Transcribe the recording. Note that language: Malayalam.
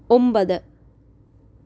ഒമ്പത്